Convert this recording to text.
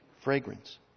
fragrance